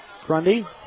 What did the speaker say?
Grundy